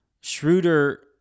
Schroeder